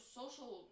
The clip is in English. social